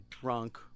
drunk